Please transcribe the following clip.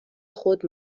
خود